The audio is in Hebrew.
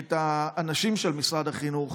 את האנשים של משרד החינוך